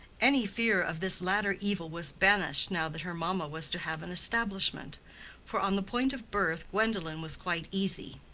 any fear of this latter evil was banished now that her mamma was to have an establishment for on the point of birth gwendolen was quite easy.